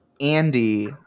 andy